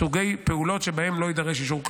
סוגי פעולות שבהן לא יידרש אישור כלל.